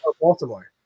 Baltimore